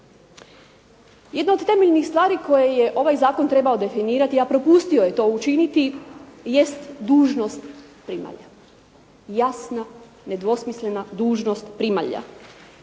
Jedna od temeljnih stvari koju je ovaj zakon trebao definirati, a propustio je to učiniti jest dužnost primalja, jasna nedvosmislena dužnost primalja.